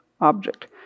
object